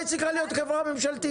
אני רוצה לוודא שלא יהיה תור ממושך,